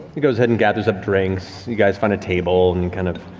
she goes ahead and gathers up drinks, you guys find a table and and kind of,